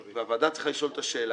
והוועדה צריכה לשאול את השאלה,